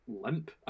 limp